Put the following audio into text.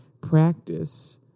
practice